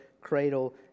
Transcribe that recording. cradle